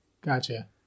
Gotcha